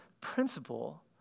principle